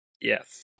Yes